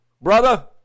brother